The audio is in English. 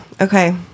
okay